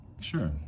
Sure